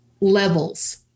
levels